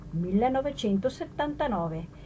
1979